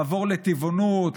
לעבור לטבעונות,